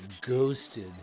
Ghosted